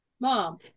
mom